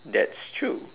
that's true